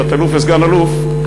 תת-אלוף וסגן-אלוף,